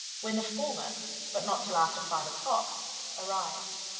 when the former but not till after five o'clock arrived.